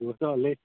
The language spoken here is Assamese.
দুবছৰ হ'লেই